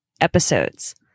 episodes